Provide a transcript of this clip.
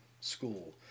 school